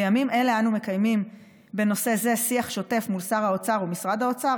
בימים אלה אנו מקיימים בנושא זה שיח שוטף מול שר האוצר ומשרד האוצר,